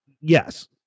Yes